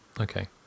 Okay